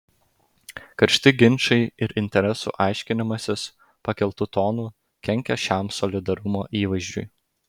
karšti ginčai ir interesų aiškinimasis pakeltu tonu kenkia šiam solidarumo įvaizdžiui